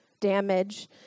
damage